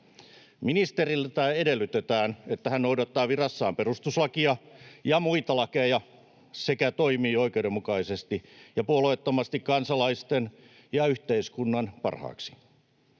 Ministeriltä edellytetään, että hän noudattaa virassaan perustuslakia ja muita lakeja sekä toimii oikeudenmukaisesti ja puolueettomasti kansalaisten ja yhteiskunnan parhaaksi.